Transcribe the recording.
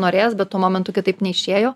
norės bet tuo momentu kitaip neišėjo